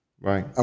right